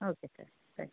okay sir ಸರಿ